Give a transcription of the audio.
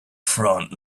front